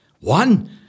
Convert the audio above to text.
One